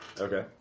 Okay